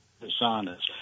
dishonest